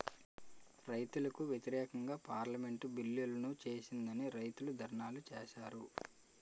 రైతులకు వ్యతిరేకంగా పార్లమెంటు బిల్లులను చేసిందని రైతులు ధర్నాలు చేశారు